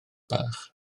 bach